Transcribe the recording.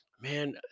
man